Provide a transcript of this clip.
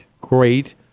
great